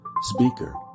Speaker